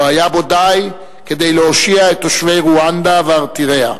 לא היה בו די כדי להושיע את תושבי רואנדה ואריתריאה.